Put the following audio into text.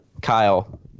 Kyle